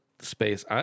space